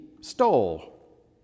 stole